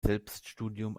selbststudium